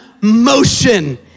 motion